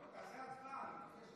חייבים להצביע.